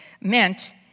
meant